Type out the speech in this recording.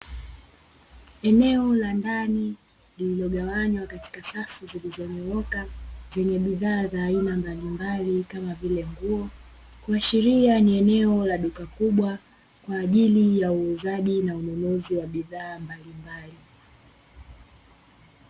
Eneo la Ndani lililogawanywa katika safu zilizonyooka zenye bidhaa za aina mbalimbali kama vile, Nguo ,kuashilia ni eneo la duka kubwa kwa ajili ya wauzaji na wanunuzi wa bidhaa mbalimbali.